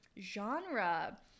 Genre